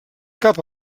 cap